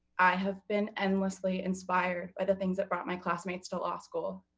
i have been endlessly inspired by the things that brought my classmates to law school,